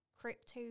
crypto